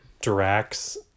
Drax